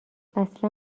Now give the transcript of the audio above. اصلا